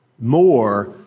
more